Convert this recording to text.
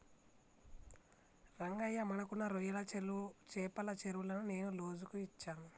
రంగయ్య మనకున్న రొయ్యల చెపల చెరువులను నేను లోజుకు ఇచ్చాను